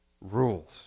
rules